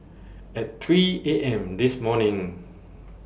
At three A M This morning